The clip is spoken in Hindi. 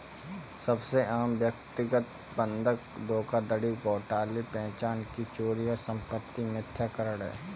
सबसे आम व्यक्तिगत बंधक धोखाधड़ी घोटाले पहचान की चोरी और संपत्ति मिथ्याकरण है